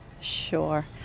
Sure